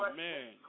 man